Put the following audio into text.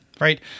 right